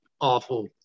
awful